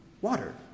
water